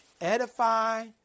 edify